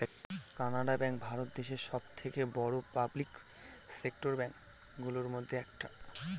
Canara bank ভারত দেশে সব থেকে বড়ো পাবলিক সেক্টর ব্যাঙ্ক গুলোর মধ্যে একটা